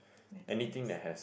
math science